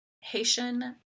Haitian